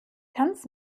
tanz